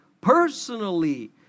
personally